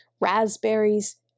raspberries